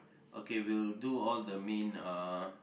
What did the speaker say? okay we'll do all the main uh